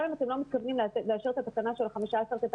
גם אם אתם לא מתכוונים לאשר את התקנה של ה-15 תלמידים,